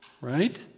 right